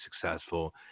successful